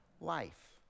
life